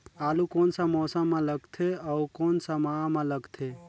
आलू कोन सा मौसम मां लगथे अउ कोन सा माह मां लगथे?